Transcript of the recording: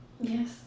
Yes